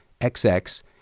XX